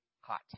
hot